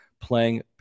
playing